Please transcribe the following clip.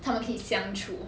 他们可以相处